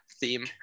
theme